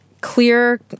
clear